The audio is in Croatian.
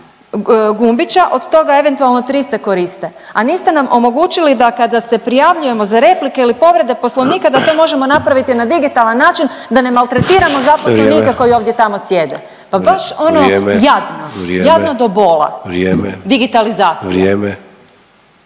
od toga eventualno tri se koriste, a niste nam omogućili da kada se prijavljujemo za replike ili povrede poslovnika da to možemo napraviti na digitalan način da maltretiramo zaposlenike koji ovdje tamo …/Upadica Sanader: Vrijeme./… sjede.